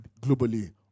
globally